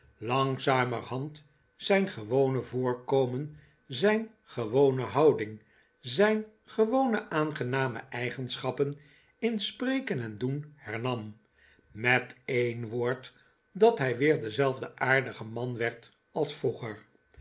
langzamerhand zijn gewone voorkomen zijn gewone houding zijn gewone aangename eigenschappen in spreken en doen hernam met een woord dat hij weer dezelfde aardige man werd als vroeger